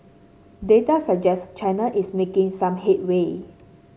data suggests China is making some headway